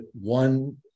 one